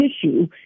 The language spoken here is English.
tissue